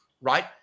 right